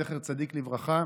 זכר צדיק לברכה,